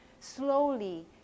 slowly